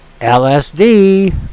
LSD